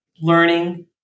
learning